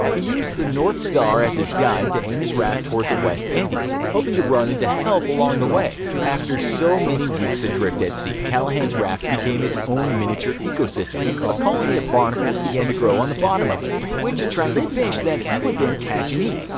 he used the north star as his guide to aim his raft towards the west indies, hoping to run into help along the way. after so many weeks adrift at sea, callahan's raft became its own miniature ecosystem. a colony of barnacles began to grow at the bottom of it, which attracted fish that he would then catch and eat.